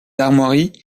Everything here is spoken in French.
armoiries